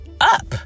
up